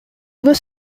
was